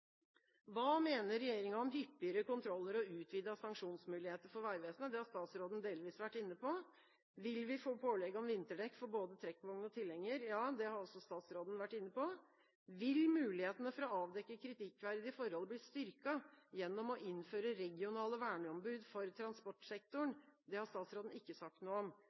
Hva mener regjeringa om hyppigere kontroller og utvidede sanksjonsmuligheter for Vegvesenet? Det har statsråden delvis vært inne på. Vil vi få pålegg om vinterdekk for både trekkvogn og tilhenger? Ja, det har også statsråden vært inne på. Vil mulighetene for å avdekke kritikkverdige forhold bli styrket gjennom å innføre regionale verneombud for transportsektoren. Det har statsråden ikke sagt noe om.